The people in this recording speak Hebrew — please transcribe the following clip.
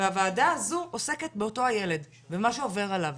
והוועדה הזו עוסקת באותו הילד ובמה שעובר עליו